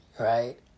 Right